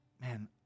man